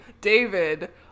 David